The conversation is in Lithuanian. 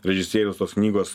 režisierius tos knygos